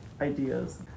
ideas